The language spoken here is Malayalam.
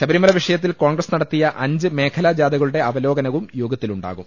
ശബരിമല വിഷയ ത്തിൽ കോൺഗ്രസ് നടത്തിയ അഞ്ച് മേഖലാ ജാഥകളുടെ അവ ലോകനവും യോഗത്തിലുണ്ടാകും